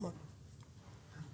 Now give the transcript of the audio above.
נמצא איתנו בזום.